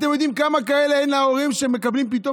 אתם יודעים כמה הורים כאלה אין להם והם מקבלים פתאום